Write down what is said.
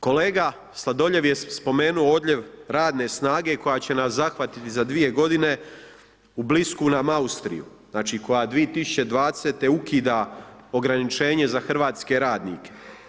Kolega Sladoljev je spomenuo odljev radne snage koja će nas zahvatiti za 2 godine u blisku nam Austriju znači koja 2020. ukida ograničenje za hrvatske radnike.